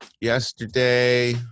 yesterday